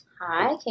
Hi